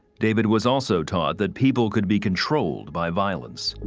david was also taught that people could be controlled by violence.